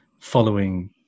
following